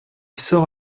sort